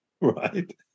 Right